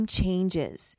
changes